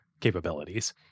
capabilities